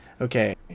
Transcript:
okay